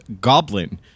Goblin